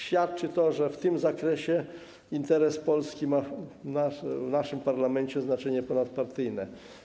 Świadczy to o tym, że w tym zakresie interes Polski ma w naszym parlamencie znaczenie ponadpartyjne.